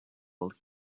old